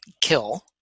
kill